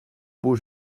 beau